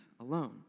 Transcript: alone